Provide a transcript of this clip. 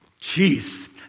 Jeez